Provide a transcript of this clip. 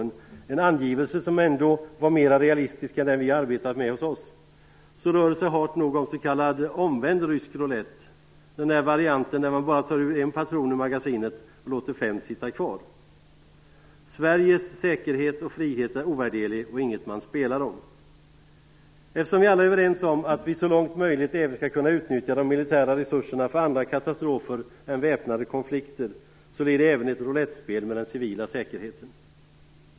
Jag vill samtidigt peka på den kritik som framförts i Tyskland mot den tidsangivelse för återtagande som fanns i den senaste tyska försvarsplanen, en angivelse som ändå var mera realistisk än den vi arbetat med hos oss. Sveriges säkerhet och frihet är ovärderlig och inget man spelar om! Eftersom vi alla är överens om att vi så långt som möjligt även skall kunna nyttja de militära resurserna för andra katastrofer än väpnade konflikter medför detta förslag även ett roulettspel med den civila säkerheten.